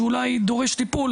שאולי דורש טיפול